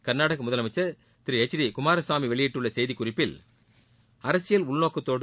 கர்நாடக முதலமைச்சர் Thiru H D Kumaraswamy வெளியிட்டுள்ள செய்திக் குறிப்பில் அரசியல் உள்நோக்கத்தோடு